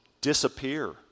disappear